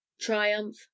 triumph